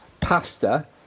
pasta